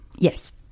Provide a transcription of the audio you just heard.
Yes